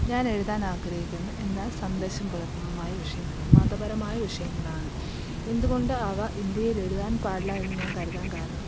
ഞാനെഴുതാൻ ആഗ്രഹിക്കുന്നു എന്നാൽ സന്ദേശം പുലർത്തുന്നതുമായ വിഷയമുണ്ട് മതപരമായ വിഷയങ്ങളാണ് എന്തുകൊണ്ട് അവ ഇന്ത്യയിൽ എഴുതാൻ പാടില്ല എന്നു ഞാൻ കരുതാൻ കാരണം